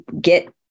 get